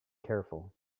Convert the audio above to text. careful